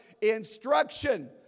instruction